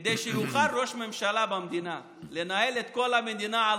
כדי שיוכל ראש ממשלה במדינה לנהל את כל המדינה על